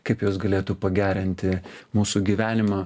kaip jos galėtų pagerinti mūsų gyvenimą